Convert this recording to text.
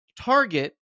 target